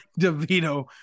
DeVito